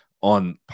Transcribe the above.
on